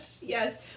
Yes